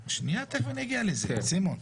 שנייה, תכף אגיע לזה, סימון.